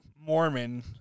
Mormon